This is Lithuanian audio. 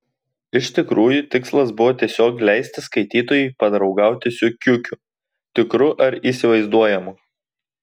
iš tikrųjų tikslas buvo tiesiog leisti skaitytojui padraugauti su kiukiu tikru ar įsivaizduojamu